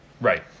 right